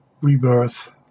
rebirth